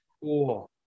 Cool